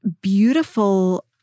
beautiful